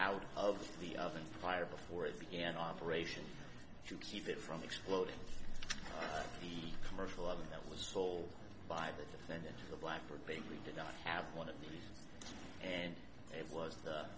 out of the oven fire before it began operations to keep it from exploding the commercial i mean that was sold by the defendant to the black for basically did not have one of these and it was